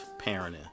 parenting